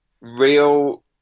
real